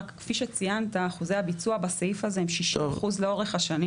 רק כפי שציינת אחוזי הביצוע בסעיף הזה הם 60% לאורך השנים